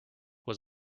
was